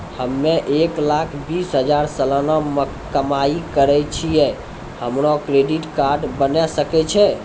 हम्मय एक लाख बीस हजार सलाना कमाई करे छियै, हमरो क्रेडिट कार्ड बने सकय छै?